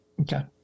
Okay